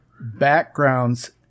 backgrounds